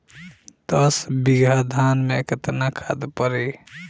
दस बिघा धान मे केतना खाद परी?